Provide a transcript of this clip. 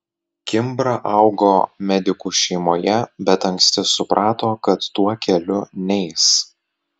kimbra augo medikų šeimoje bet anksti suprato kad tuo keliu neis